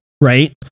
Right